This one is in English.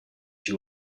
you